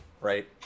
right